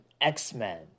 X-Men